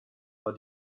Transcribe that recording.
war